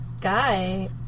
guy